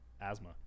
asthma